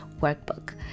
workbook